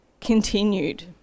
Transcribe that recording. continued